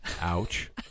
ouch